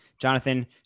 Jonathan